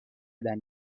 than